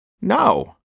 No